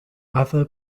other